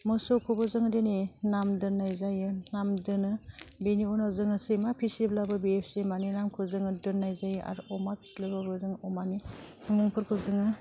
मोसौखौबो जोङो दिनै नाम दोननाय जायो नामदोनो बेनि उनाव जोङो सैमा फिसिब्लाबो बेयो सैमानि नामखौ जोङो दोननाय जायो आरो अमा फिस्लायबाबो जों अमानि मुंफोरखौ जोङो